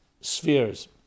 spheres